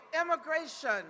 immigration